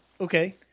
okay